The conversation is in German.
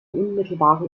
unmittelbare